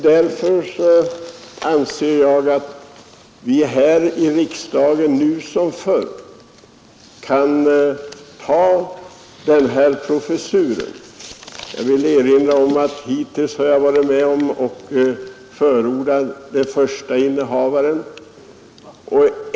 Därför anser jag att vi i riksdagen kan ta den här professuren. Jag vill erinra om att jag varit med om att förorda den första innehavaren av en sådan professur.